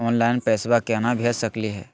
Online पैसवा केना भेज सकली हे?